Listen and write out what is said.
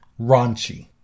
raunchy